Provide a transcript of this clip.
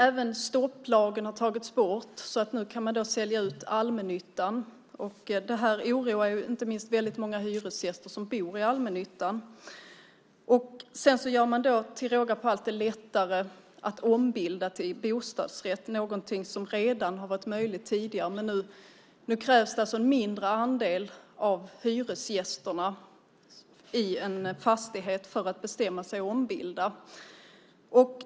Även stopplagen har tagits bort. Nu kan man sälja ut allmännyttan. Det oroar inte minst många hyresgäster som bor i allmännyttan. Till råga på allt görs det lättare att ombilda till bostadsrätt. Det är något som redan har varit möjligt tidigare, men nu krävs det att en mindre andel av hyresgästerna i en fastighet bestämmer sig för att ombilda.